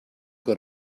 got